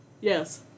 Yes